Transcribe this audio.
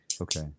Okay